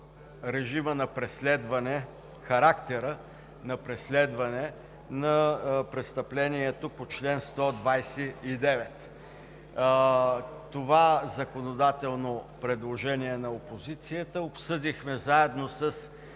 е във връзка с характера на преследване на престъплението по чл. 129. Това законодателно предложение на опозицията обсъдихме заедно с